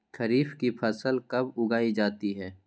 खरीफ की फसल कब उगाई जाती है?